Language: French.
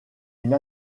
une